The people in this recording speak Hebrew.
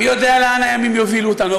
מי יודע לאן הימים יובילו אותנו.